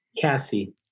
Cassie